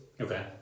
okay